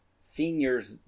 seniors